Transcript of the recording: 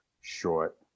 short